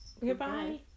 goodbye